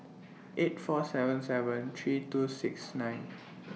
eight four seven seven three two six nine